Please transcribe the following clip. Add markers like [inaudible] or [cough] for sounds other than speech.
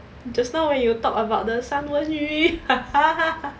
just now when you talk about the 三文魚 [laughs]